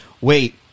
wait